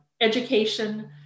education